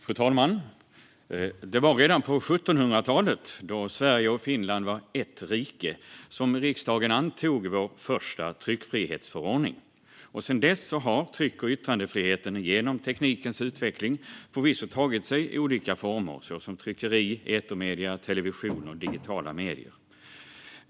Fru talman! Det var redan på 1700-talet, då Sverige och Finland var ett rike, som riksdagen antog vår första tryckfrihetsförordning. Sedan dess har tryck och yttrandefriheten genom teknikens utveckling förvisso tagit sig olika former, såsom tryckeri, etermedier, television och digitala medier.